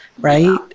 Right